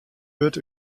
wurdt